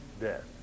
death